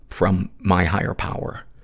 from my higher power.